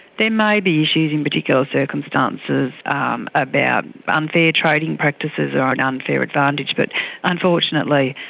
there may be issues in particular circumstances um about unfair trading practices or an um unfair advantage, but unfortunately,